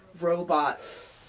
robots